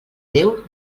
déu